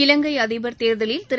இலங்கை அதிபர் தேர்தலில் திரு